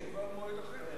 תשובה במועד אחר.